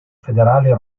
federale